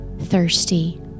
thirsty